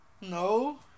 No